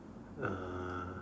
uh